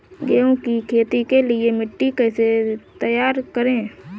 गेहूँ की खेती के लिए मिट्टी कैसे तैयार करें?